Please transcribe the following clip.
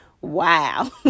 wow